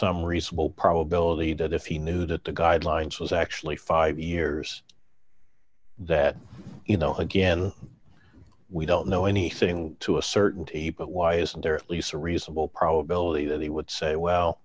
some reasonable probability that if he knew that the guidelines was actually five years that you know again we don't know anything to a certainty but why isn't there at least a reasonable probability that he would say well